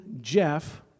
Jeff